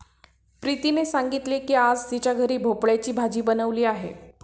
प्रीतीने सांगितले की आज तिच्या घरी भोपळ्याची भाजी बनवली आहे